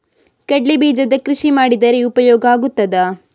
ಕಡ್ಲೆ ಬೀಜದ ಕೃಷಿ ಮಾಡಿದರೆ ಉಪಯೋಗ ಆಗುತ್ತದಾ?